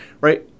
right